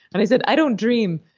and i said, i don't dream,